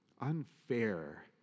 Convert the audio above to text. unfair